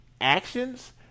Actions